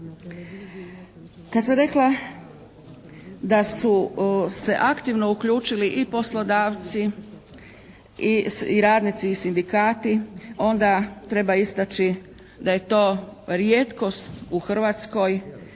Kad sam rekla da su se aktivno uključili i poslodavci i radnici i sindikati, onda treba istaći da je to rijetkost u Hrvatskoj.